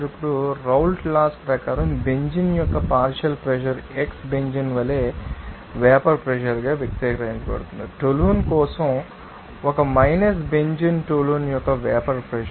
ఇప్పుడు Raoult laws ప్రకారం benzene యొక్క పార్షియల్ ప్రెషర్ x బెంజీన్ వలె వేపర్ ప్రెషర్ గా వ్యక్తీకరించబడుతుంది టోలున్ కోసం 1 మైనస్ బెంజీన్ టోలున్ యొక్క వేపర్ ప్రెషర్